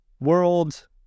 World